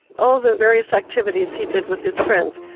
all the various activities he did with his friends.